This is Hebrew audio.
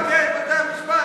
איך מקעקע את בתי-המשפט?